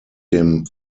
dem